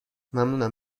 ممنونم